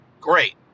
great